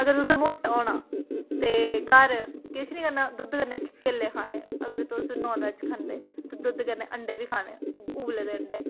अगर तुसें मोटा होना ते घर किश नेईं करना दुद्ध कन्नै केले खाने अगर तुस नॉनवेज खंदे ते दुद्ध कन्नै अण्डे बी खाने उबले दे अण्डे